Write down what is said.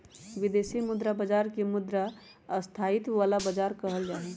विदेशी मुद्रा बाजार के मुद्रा स्थायित्व वाला बाजार कहल जाहई